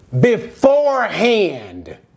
beforehand